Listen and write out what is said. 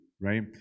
right